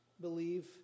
believe